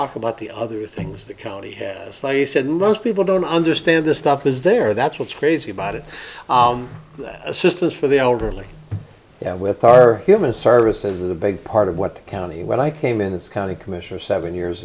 talk about the other things the county has slightly said most people don't understand this stuff is there that's what's crazy about it that assistance for the elderly with our human services is a big part of what the county when i came in it's county commissioner seven years